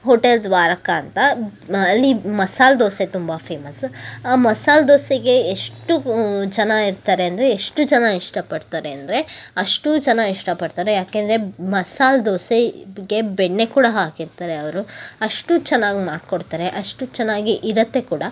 hotel Dwaraka ಅಂತ ಅಲ್ಲಿ ಮಸಾಲೆ ದೋಸೆ ತುಂಬ ಫೇಮಸ್ಸು ಆ ಮಸಾಲೆ ದೋಸೆಗೆ ಎಷ್ಟು ಜನ ಇರ್ತಾರೆ ಅಂದರೆ ಎಷ್ಟು ಜನ ಇಷ್ಟಪಡ್ತಾರೆ ಅಂದರೆ ಅಷ್ಟು ಜನ ಇಷ್ಟಪಡ್ತಾರೆ ಏಕೆಂದ್ರೆ ಮಸಾಲೆ ದೋಸೆಗೆ ಬೆಣ್ಣೆ ಕೂಡ ಹಾಕಿರ್ತಾರೆ ಅವರು ಅಷ್ಟು ಚೆನ್ನಾಗಿ ಮಾಡಿಕೊಡ್ತಾರೆ ಅಷ್ಟು ಚೆನ್ನಾಗಿ ಇರುತ್ತೆ ಕೂಡ